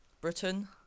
Britain